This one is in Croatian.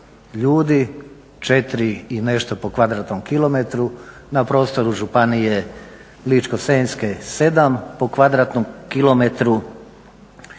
ljudi, 4 i nešto po kvadratnom kilometru, na prostoru Županije ličko-senjske 7 po kvadratnom kilometru